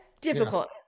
Difficult